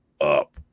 up